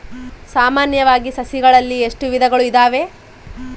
ಸಾಮಾನ್ಯವಾಗಿ ಸಸಿಗಳಲ್ಲಿ ಎಷ್ಟು ವಿಧಗಳು ಇದಾವೆ?